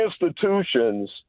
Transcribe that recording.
institutions